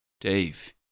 Dave